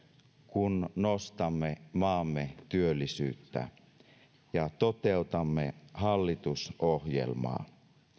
kun nostamme maamme työllisyyttä ja toteutamme hallitusohjelmaa